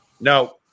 no